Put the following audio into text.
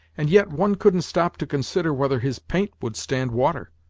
and yet one couldn't stop to consider whether his paint would stand water!